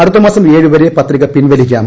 അടുത്ത മാസം ഏഴുവരെ പത്രിക പിൻവലിക്കാം